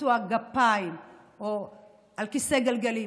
קטוע גפיים או על כיסא גלגלים,